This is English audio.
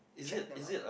check them out